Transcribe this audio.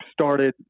started